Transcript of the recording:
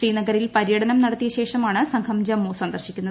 ശ്രീനഗറിൽ പര്യടനം നടത്തിയ ശേഷമാണ് സംഘം ജമ്മു സന്ദർശിക്കുന്നത്